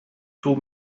told